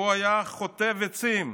היה חוטב עצים,